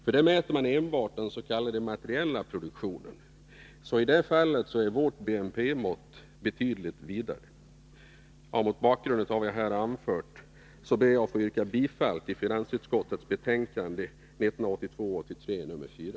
Här mäter man enbart den s.k. materiella produktionen. I det avseendet är vårt BNP-mått betydligt vidare. Mot bakgrund av vad jag här har anfört ber jag att få yrka bifall till utskottets hemställan i finansutskottets betänkande 1982/83:4.